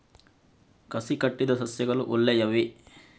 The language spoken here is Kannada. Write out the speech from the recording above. ಕಸಿ ಕಟ್ಟಿದ ಸಸ್ಯಗಳು ಒಳ್ಳೆಯವೇ?